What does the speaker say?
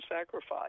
sacrifice